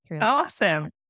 Awesome